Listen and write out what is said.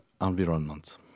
environment